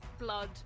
blood